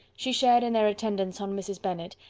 she shared in their attendance on mrs. bennet,